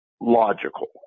logical